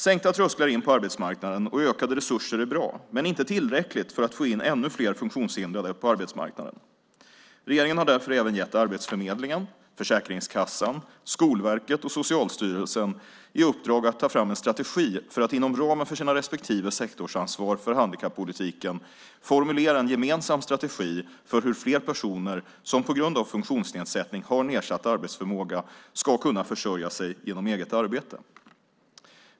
Sänkta trösklar in på arbetsmarknaden och ökade resurser är bra men inte tillräckligt för att få in ännu fler funktionshindrade på arbetsmarknaden. Regeringen har därför även gett Arbetsförmedlingen, Försäkringskassan, Skolverket och Socialstyrelsen i uppdrag att ta fram en strategi för att inom ramen för sitt respektive sektorsansvar för handikappolitiken formulera en gemensam strategi för hur fler personer som på grund av funktionsnedsättning har nedsatt arbetsförmåga ska kunna försörja sig genom eget arbete.